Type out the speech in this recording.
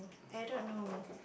I don't know